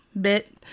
bit